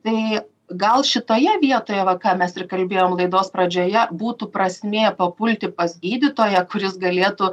tai gal šitoje vietoje va ką mes ir kalbėjoe laidos pradžioje būtų prasmė papulti pas gydytoją kuris galėtų